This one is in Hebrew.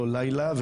לא לילה,